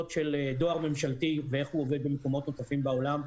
של דואר ממשלתי ואיך הוא עובד במקומות נוספים בעולם.